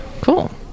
Cool